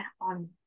on